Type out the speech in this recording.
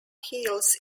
heels